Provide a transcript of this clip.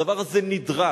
הדבר הזה נדרש.